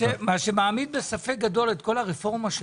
מה שמעמיד בספק גדול את כל הרפורמה שלכם.